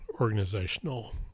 organizational